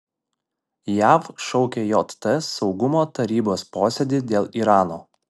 jav šaukia jt saugumo tarybos posėdį dėl irano